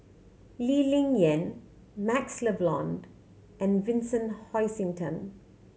Lee Ling Yen MaxLe Blond and Vincent Hoisington